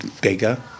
bigger